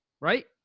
right